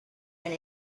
and